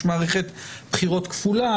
יש מערכת בחירות כפולה,